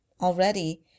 Already